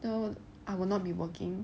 so I will not be working